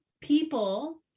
people